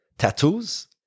Tattoos